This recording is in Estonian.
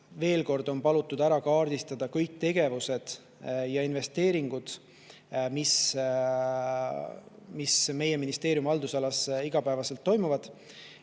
veel kord on palutud ära kaardistada kõik tegevused ja investeeringud, mis meie ministeeriumi haldusalas igapäevaselt toimuvad.